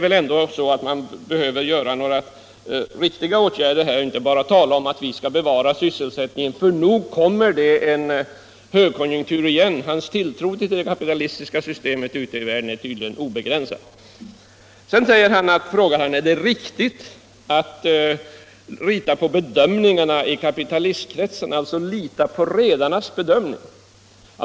Man måste vidta några riktiga åtgärder här, inte bara tala om att bevara sysselsättningen eftersom det ju kommer en högkonjunktur igen så småningom. Jörn Svenssons tilltro till det kapitalistiska systemet ute i världen är tydligen obegränsad. Sedan frågar han: Är det riktigt att lita på bedömningen i kapitalistkretsar, alltså lita på redarnas bedömning?